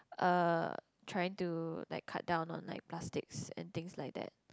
uh trying to like cut down on like plastics and things like that